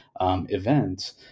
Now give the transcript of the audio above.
event